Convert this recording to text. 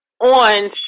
on